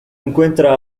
encuentra